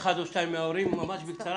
אחד או שניים מנציגי ההורים, ממש בקצרה.